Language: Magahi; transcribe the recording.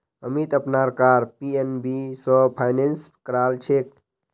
अमीत अपनार कार पी.एन.बी स फाइनेंस करालछेक